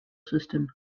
system